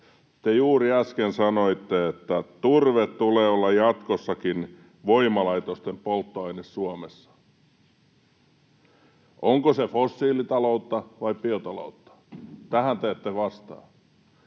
Te juuri äsken sanoitte, että turpeen tulee olla jatkossakin voimalaitosten polttoaine Suomessa. Onko se fossiilitaloutta vai biotaloutta? Tähän te ette vastaa.